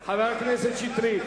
קבוצת חד"ש, קבוצת בל"ד,